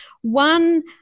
One